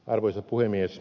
arvoisa puhemies